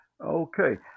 Okay